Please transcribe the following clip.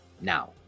now